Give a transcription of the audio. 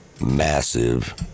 massive